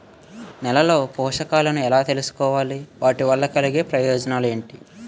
నేలలో పోషకాలను ఎలా తెలుసుకోవాలి? వాటి వల్ల కలిగే ప్రయోజనాలు ఏంటి?